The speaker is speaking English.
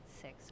six